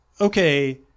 okay